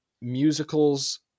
musicals